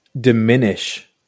diminish